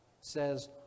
says